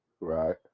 Right